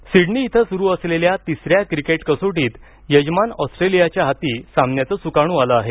cricket Sydney इथं सुरु असलेल्या तिसऱ्या क्रिकेट कसोटीत यजमान ऑस्ट्रेलियाच्या हाती सामन्याचं सुकाणू आलं आहे